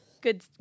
Good